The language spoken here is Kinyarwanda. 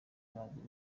w’amaguru